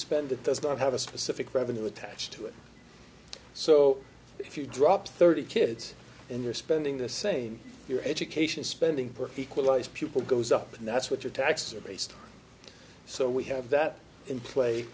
spend it does not have a specific revenue attached to it so if you drop thirty kids and you're spending the same your education spending per equalize people goes up and that's what your taxes are based so we have that in pla